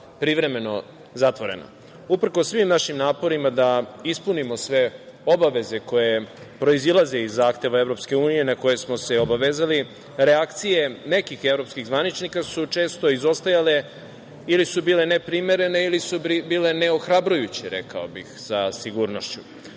privremeno zatvorena. Uprkos svim našim naporima da ispunimo sve obaveze koje proizilaze iz zahteva EU na koje smo se obavezali, reakcije nekih evropskih zvaničnika su često izostajale ili su bile neprimerene ili su bile neohrabrujuće rekao bih sa sigurnošću. Poslednja